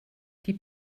die